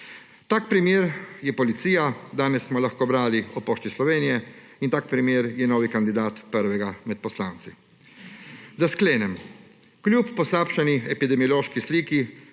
Tak primer je Policija, danes smo lahko brali o Pošti Slovenije in tak primer je novi kandidat prvega med poslanci. Da sklenem, kljub poslabšani epidemiološki sliki,